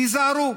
תיזהרו.